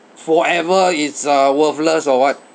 forever it's uh worthless or what